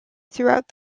throughout